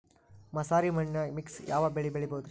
ಮಸಾರಿ ಮಣ್ಣನ್ಯಾಗ ಮಿಕ್ಸ್ ಯಾವ ಬೆಳಿ ಬೆಳಿಬೊದ್ರೇ?